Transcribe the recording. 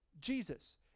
Jesus